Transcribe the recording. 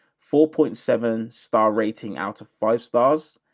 four point seven star rating out of five stars.